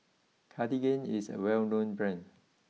Cartigain is a well known Brand